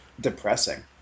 depressing